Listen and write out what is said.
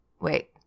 wait